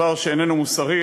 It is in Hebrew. דבר שאיננו מוסרי,